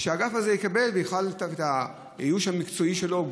שהאגף הזה יקבל את האיוש המקצועי שלו,